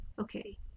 okay